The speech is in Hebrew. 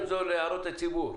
לפרסם להערות הציבור?